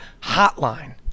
hotline